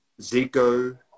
Zico